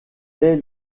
est